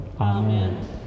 Amen